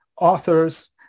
authors